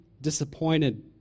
disappointed